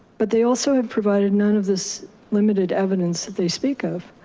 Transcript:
but they also have provided none of this limited evidence that they speak of.